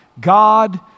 God